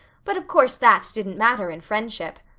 but of course that didn't matter in friendship!